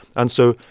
and so,